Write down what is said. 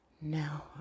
Now